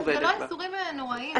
זה לא ייסורים נוראיים.